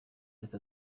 leta